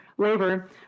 labor